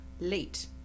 late